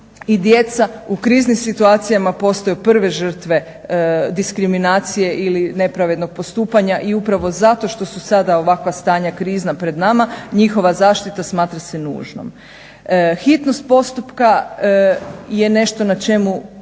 u kriznim situacijama postaju prve žrtve diskriminacije ili nepravednog postupanja. I upravo zato što su sada ovakva stanja krizna pred nama njihova zaštita smatra se nužnom. Hitnost postupka je nešto na čemu